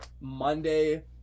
Monday